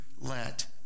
let